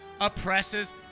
oppresses